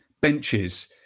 benches